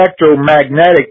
electromagnetic